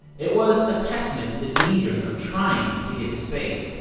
it was a testament to the dangers of trying to get to space.